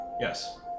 Yes